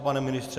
Pane ministře.